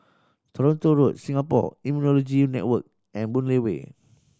Toronto Road Singapore Immunology Network and Boon Lay Way